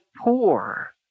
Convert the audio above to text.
poor